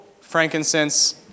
frankincense